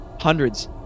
hundreds